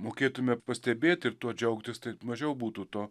mokėtume pastebėti ir tuo džiaugtis tai mažiau būtų to